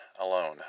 alone